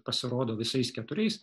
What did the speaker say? pasirodo visais keturiais